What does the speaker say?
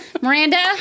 Miranda